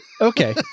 Okay